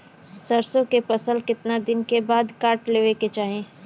सरसो के फसल कितना दिन के बाद काट लेवे के चाही?